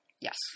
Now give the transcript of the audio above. Yes